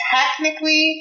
Technically